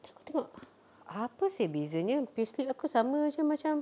aku tengok apa seh bezanya payslip aku sama jer macam